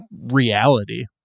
reality